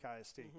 IST